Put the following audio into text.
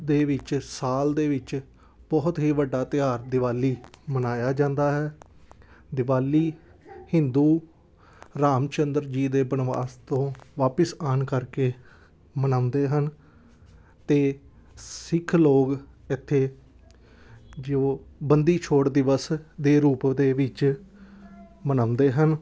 ਦੇ ਵਿੱਚ ਸਾਲ ਦੇ ਵਿੱਚ ਬਹੁਤ ਹੀ ਵੱਡਾ ਤਿਉਹਾਰ ਦੀਵਾਲੀ ਮਨਾਇਆ ਜਾਂਦਾ ਹੈ ਦੀਵਾਲੀ ਹਿੰਦੂ ਰਾਮ ਚੰਦਰ ਜੀ ਦੇ ਬਣਵਾਸ ਤੋਂ ਵਾਪਿਸ ਆਉਣ ਕਰਕੇ ਮਨਾਉਂਦੇ ਹਨ ਅਤੇ ਸਿੱਖ ਲੋਕ ਇੱਥੇ ਜੋ ਬੰਦੀ ਛੋੜ ਦਿਵਸ ਦੇ ਰੂਪ ਦੇ ਵਿੱਚ ਮਨਾਉਂਦੇ ਹਨ